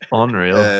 unreal